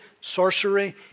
sorcery